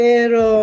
Pero